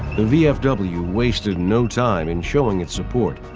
the vfw wasted no time in showing its support.